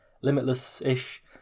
limitless-ish